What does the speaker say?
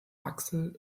axel